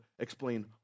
explain